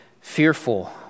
fearful